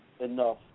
enough